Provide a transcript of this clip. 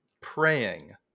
praying